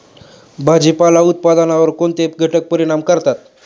भाजीपाला उत्पादनावर कोणते घटक परिणाम करतात?